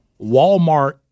Walmart